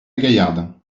gaillarde